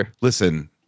listen